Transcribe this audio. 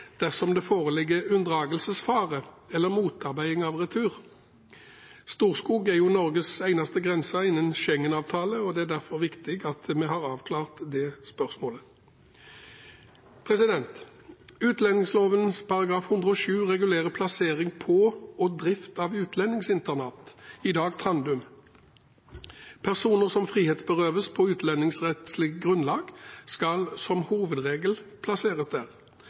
dersom det foreligger unndragelsesfare eller motarbeiding av retur? Storskog er jo Norges eneste grense innen Schengen-avtalen, og det er derfor viktig at vi har avklart det spørsmålet. Utlendingsloven § 107 regulerer plassering på og drift av utlendingsinternat, i dag Trandum. Personer som frihetsberøves på utlendingsrettslig grunnlag, skal som hovedregel plasseres der.